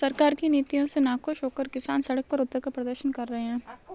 सरकार की नीतियों से नाखुश होकर किसान सड़क पर उतरकर प्रदर्शन कर रहे हैं